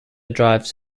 drives